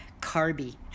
carby